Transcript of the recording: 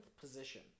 position